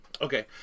okay